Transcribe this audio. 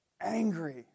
angry